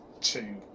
two